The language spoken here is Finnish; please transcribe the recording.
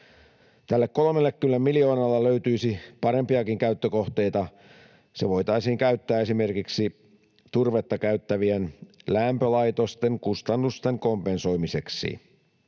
Tälle 30 miljoonalle löytyisi parempiakin käyttökohteita. Se voitaisiin käyttää esimerkiksi turvetta käyttävien lämpölaitosten kustannusten kompensoimiseksi.